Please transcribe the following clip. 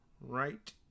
right